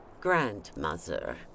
grandmother